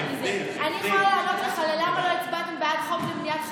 אני יכולה לענות לך ללמה לא הצבעתם בעד חוק למניעת,